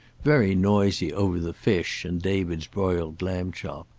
very noisy over the fish and david's broiled lamb chop.